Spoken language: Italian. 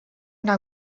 una